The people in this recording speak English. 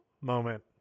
moment